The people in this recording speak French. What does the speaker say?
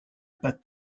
pas